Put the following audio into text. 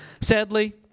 Sadly